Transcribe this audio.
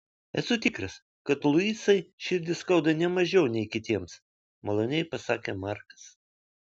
esu tikras kad luisai širdį skauda ne mažiau nei kitiems maloniai pasakė markas